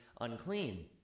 unclean